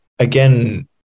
Again